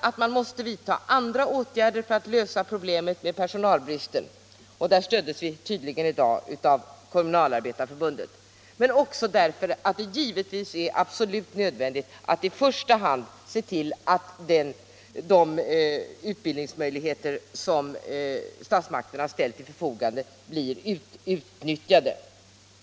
att man måste vidta andra åtgärder för att lösa problemet med personalbristen — och där stöds vi tydligen i dag av Kommunalarbetareförbundet - men också därför att det givetvis är absolut nödvändigt att i första hand se till: att de utbildningsmöjligheter som. statsmakterna ställt till förfogande blir utnytt jade.